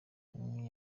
w’amaguru